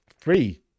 Three